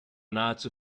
nahezu